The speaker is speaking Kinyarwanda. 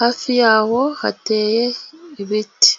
hafi yaho hateye ibiti.